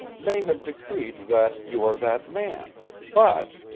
may have decreed that you are that man, but,